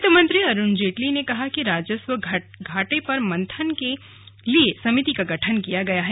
वित्त मंत्री अरुण जेटली ने कहा कि राजस्व घाटे पर मंथन के लिए समिति का गठन किया जाएगा